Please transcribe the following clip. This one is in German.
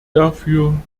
dafür